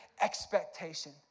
expectation